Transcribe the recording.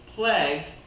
plagued